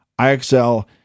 IXL